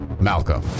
Malcolm